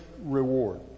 reward